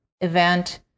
event